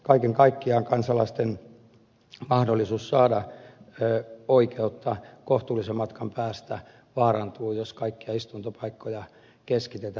kaiken kaikkiaan kansalaisten mahdollisuus saada oikeutta kohtuullisen matkan päästä vaarantuu jos kaikkia istuntopaikkoja keskitetään